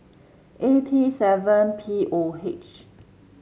A T seven P O H